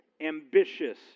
ambitious